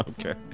Okay